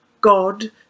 God